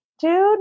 dude